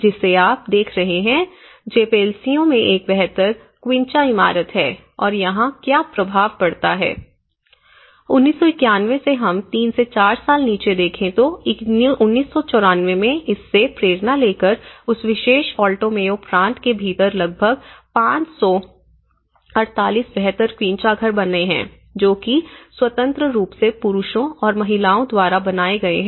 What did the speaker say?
जिसे आप देख रहे हैं जेपेलसियो में एक बेहतर क्विनचा इमारत है और यहाँ क्या प्रभाव पड़ता है 1991 से हम 3 से 4 साल नीचे देखें तो 1994 में इससे प्रेरणा लेकर उस विशेष ऑल्टो मेयो प्रांत के भीतर लगभग 558 बेहतर क्विंचा घर बने हैं जो कि स्वतंत्र रूप से पुरुषों और महिलाओं दोनों द्वारा बनाए गए हैं